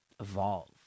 evolve